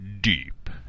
deep